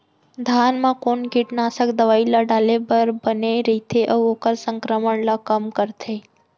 धान म कोन कीटनाशक दवई ल डाले बर बने रइथे, अऊ ओखर संक्रमण ल कम करथें?